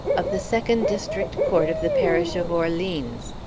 of the second district court of the parish of orleans.